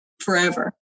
forever